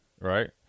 right